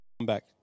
comeback